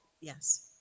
yes